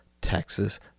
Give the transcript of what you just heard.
Texas